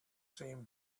same